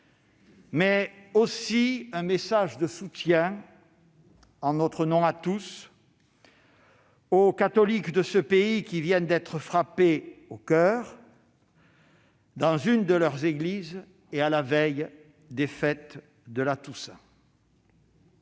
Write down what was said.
à exprimer un message de soutien, en notre nom à tous, aux catholiques de ce pays frappés au coeur, dans une de leurs églises et à la veille des fêtes de la Toussaint.